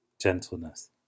gentleness